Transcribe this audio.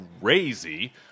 crazy